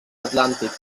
atlàntic